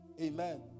Amen